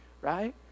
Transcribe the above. Right